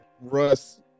Russ